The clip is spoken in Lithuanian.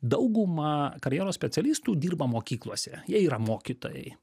dauguma karjeros specialistų dirba mokyklose jie yra mokytojai